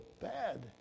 bad